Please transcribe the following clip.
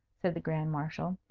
said the grand marshal.